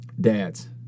Dads